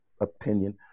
opinion